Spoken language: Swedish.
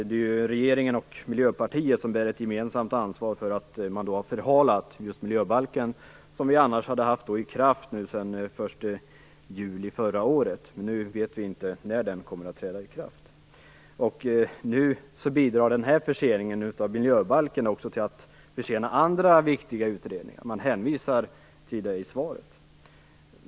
Det är regeringen och Miljöpartiet som bär ett gemensamt ansvar för att man har förhalat just miljöbalken, som vi annars hade haft i kraft sedan den 1 juli förra året. Nu vet vi inte när den kommer att träda i kraft. Den här förseningen av miljöbalken bidrar också till att försena andra viktiga utredningar. Det hänvisas till det i svaret.